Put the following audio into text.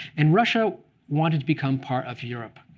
and russia wanted to become part of europe,